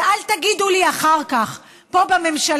ואל תגידו לי אחר כך בממשלה,